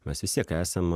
mes vis iek esam